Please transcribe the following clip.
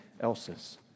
else's